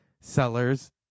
Sellers